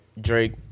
Drake